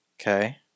Okay